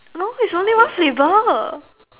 no it's only one flavour